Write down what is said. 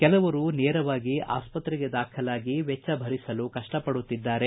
ಕೆಲವರು ನೇರವಾಗಿ ಆಸ್ಪತ್ರೆಗೆ ದಾಖಲಾಗಿ ವೆಚ್ಚ ಭರಿಸಲು ಕಷ್ಟಪಡುತ್ತಿದ್ದಾರೆ